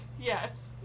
Yes